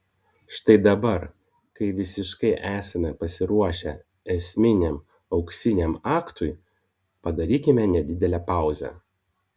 štai dabar kai visiškai esame pasiruošę esminiam auksiniam aktui padarykime nedidelę pauzę